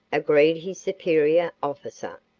agreed his superior officer.